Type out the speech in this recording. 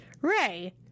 Ray